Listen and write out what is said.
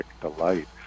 delight